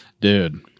dude